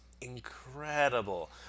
incredible